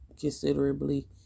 considerably